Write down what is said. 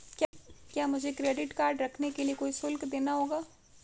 क्या मुझे credit card रखने के लिए कोई शुल्क देना होगा?